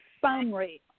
summary